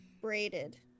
braided